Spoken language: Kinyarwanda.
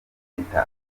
impeta